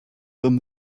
from